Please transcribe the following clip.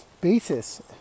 basis